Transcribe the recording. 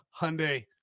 Hyundai